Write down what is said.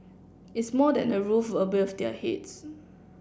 it's more than a roof above their heads